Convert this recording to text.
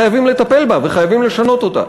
חייבים לטפל בה וחייבים לשנות אותה.